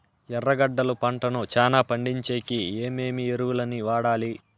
ఎర్రగడ్డలు పంటను చానా పండించేకి ఏమేమి ఎరువులని వాడాలి?